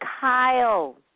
Kyle